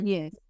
Yes